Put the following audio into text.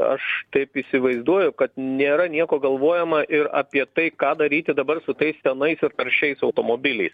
aš taip įsivaizduoju kad nėra nieko galvojama ir apie tai ką daryti dabar su tais senais ir taršiais automobiliais